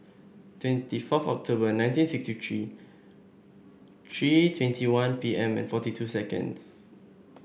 twenty fourth October nineteen sixty three three twenty one P M and forty two seconds